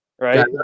right